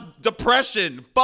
depression